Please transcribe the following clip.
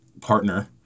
partner